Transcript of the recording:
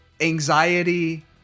anxiety